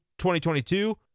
2022